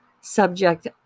subject